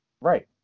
Right